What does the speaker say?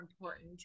important